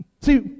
See